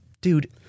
Dude